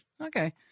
Okay